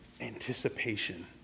anticipation